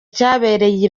cyabereye